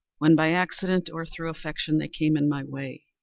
when by accident, or through affection, they came in my way.